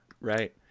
Right